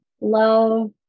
love